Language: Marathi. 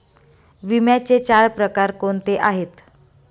विम्याचे चार प्रकार कोणते आहेत?